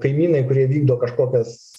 kaimynai kurie vykdo kažkokias